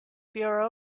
bureau